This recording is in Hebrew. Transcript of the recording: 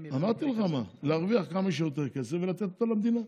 אמרתי לך מה: להרוויח כמה שיותר כסף ולתת אותו למדינה.